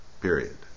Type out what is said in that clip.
period